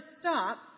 stop